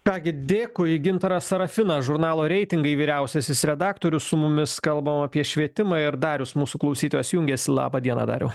ką gi dėkui gintaras serafinas žurnalo reitingai vyriausiasis redaktorius su mumis kalbamam apie švietimą ir darius mūsų klausytojas jungiantis laba diena dariau